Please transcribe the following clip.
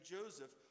Joseph